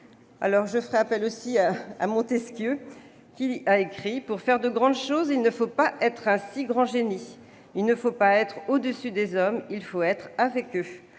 nos concitoyens. Montesquieu a écrit :« Pour faire de grandes choses, il ne faut pas être un si grand génie ; il ne faut pas être au-dessus des hommes, il faut être avec eux. »